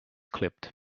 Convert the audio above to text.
clipped